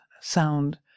sound